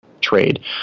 trade